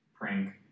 prank